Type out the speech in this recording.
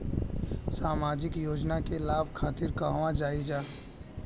सामाजिक योजना के लाभ खातिर कहवा जाई जा?